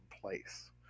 place